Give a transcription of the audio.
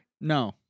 No